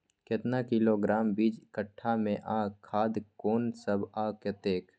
केतना किलोग्राम बीज कट्ठा मे आ खाद कोन सब आ कतेक?